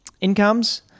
incomes